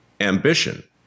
ambition